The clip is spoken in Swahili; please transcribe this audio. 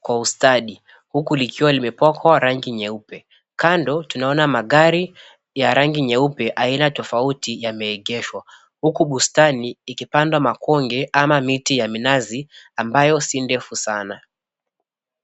kwa ustadi huku likiwa limepakwa rangi nyeupe. Kando tunaona magari ya rangi nyeupe aina tofauti yameegeshwa huku bustani ikipanda makonge ama miti ya minazi ambayo si ndefu sana.